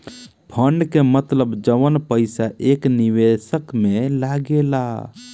fund के मतलब जवन पईसा एक निवेशक में लागेला